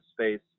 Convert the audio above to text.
space